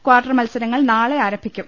quarter മത്സരങ്ങൾ നാളെ ആരംഭിക്കും